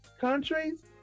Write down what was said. countries